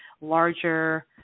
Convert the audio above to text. larger